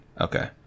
Okay